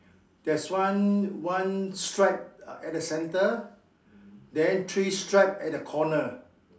there's one one stripe uh at the centre then three stripe at the corner